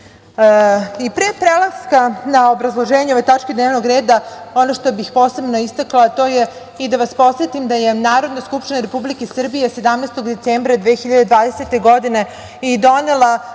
prelaska na obrazloženje ove tačke dnevnog reda, ono što bih posebno istakla i da vas podsetim to je da je Narodna skupština Republike Srbije 17. decembra 2020. godine donela